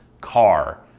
car